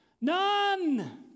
None